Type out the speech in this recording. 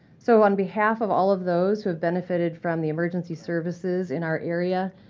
so on behalf of all of those who have benefited from the emergency services in our area,